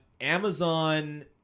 Amazon